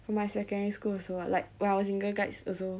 for my secondary school also [what] like when I was in girl guides also